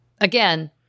again